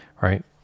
right